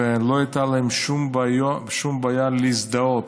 ולא הייתה להם שום בעיה להזדהות,